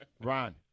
Ron